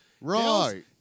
Right